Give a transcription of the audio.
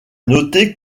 noter